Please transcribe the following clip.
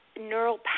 neural